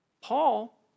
Paul